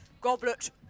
goblet